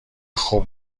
خوب